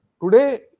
Today